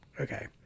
Okay